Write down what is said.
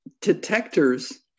detectors